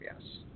yes